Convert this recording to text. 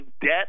debt